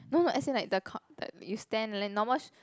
no no as in like the you stand normal